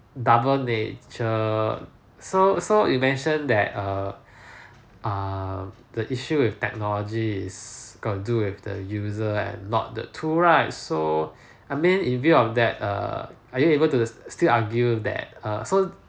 double nature so so it mention that err um the issue with technology is got do with the user and not the tool right so I mean in view of that uh are you able to the still argue that err so